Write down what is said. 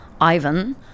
Ivan